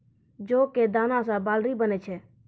जौ कॅ दाना सॅ बार्ली बनै छै